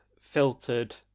filtered